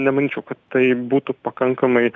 nemanyčiau kad tai būtų pakankamai